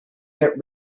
get